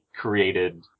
created